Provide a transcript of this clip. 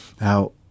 Now